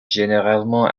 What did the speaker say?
généralement